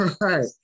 Right